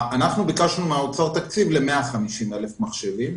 אנחנו ביקשנו מהאוצר תקציב ל-150,000 מחשבים.